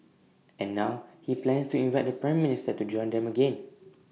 and now he plans to invite the Prime Minister to join them again